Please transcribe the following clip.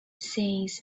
seems